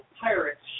pirates